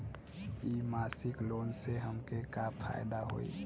इ मासिक लोन से हमके का फायदा होई?